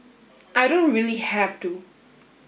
I don't really have to